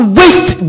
waste